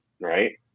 right